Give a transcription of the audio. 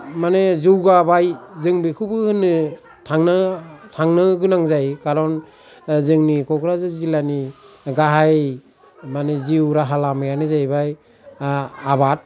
माने जौगाबाय जों बिखौबो होनो थांनो थांनो गोनां कारन जोंनि क'क्राझार जिल्लानि गाहाय माने जिउ राहा लामायानो जाहैबाय आबाद